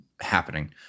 happening